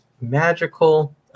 magical